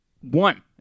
one